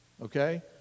Okay